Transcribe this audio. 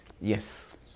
Yes